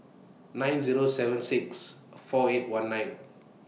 nine Zero seven six four eight one nine